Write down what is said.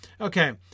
Okay